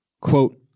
Quote